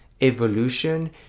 evolution